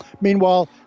Meanwhile